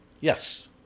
Yes